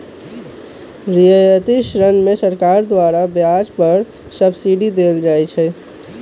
रियायती ऋण में सरकार द्वारा ब्याज पर सब्सिडी देल जाइ छइ